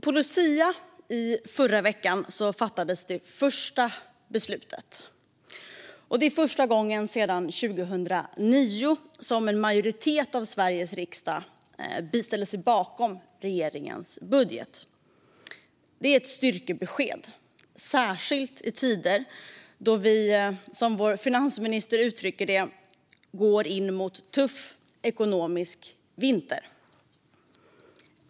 På luciadagen, i förra veckan, fattades det första beslutet. Det var första gången sedan 2009 som en majoritet av Sveriges riksdag ställde sig bakom regeringens budget. Det är ett styrkebesked, särskilt i tider då vi, som vår finansminister uttrycker det, går mot en tuff ekonomisk vinter.